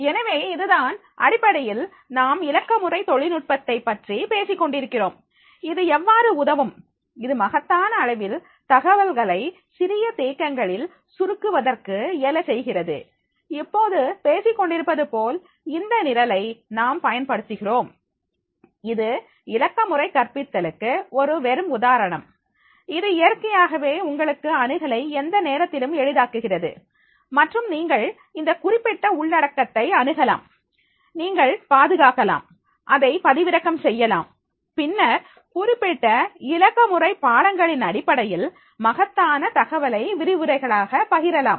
எனவே இதுதான் அடிப்படையில் நாம் இலக்கமுறை தொழில்நுட்பத்தைப் பற்றி பேசிக்கொண்டிருக்கிறோம் இது எவ்வாறு உதவும் இது மகத்தான அளவில் தகவல்களை சிறிய தேக்கங்களில் சுருக்குவதற்கு இயல செய்கிறது இப்போது பேசிக் கொண்டிருப்பது போல் இந்த நிரலை நாம் பயன்படுத்துகிறோம் இது இலக்கமுறை கற்பித்தலுக்கு ஒரு வெறும் உதாரணம் இது இயற்கையாகவே உங்களுக்கு அணுகலை எந்த நேரத்திலும் எளிதாக்குகிறது மற்றும் நீங்கள் இந்த குறிப்பிட்ட உள்ளடக்கத்தை அணுகலாம் நீங்கள் பாதுகாக்கலாம் அதை பதிவிறக்கம் செய்யலாம் பின்னர் குறிப்பிட்ட இலக்கமுறை பாடங்களின் அடிப்படையில் மகத்தான தகவலை விரிவுரைகளாக பகிரலாம்